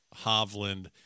Hovland